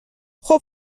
خوب